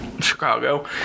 Chicago